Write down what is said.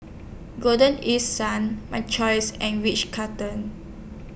Golden East Sun My Choice and Ritz Carlton